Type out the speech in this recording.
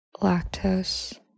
lactose